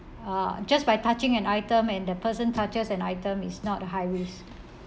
uh just by touching an item and the person touches an item is not a high risk